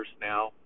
now